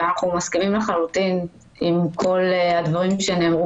אנחנו מסכימים לחלוטין עם כל הדברים שנאמרו